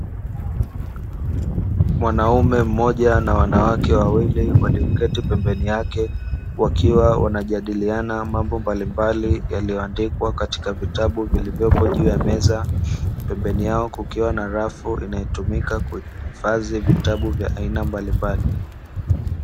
Mwanaume mmoja na wanawake wawili walioketi pembeni yake, wakiwa wanajadiliana mambo mbalimbali yaliyoandikwa katika vitabu vilivyopo juu ya meza. Pembeni yao kukiwa na rafu inayotumika kuhifadhi vitabu mbalimbali.